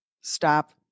Stop